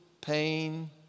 pain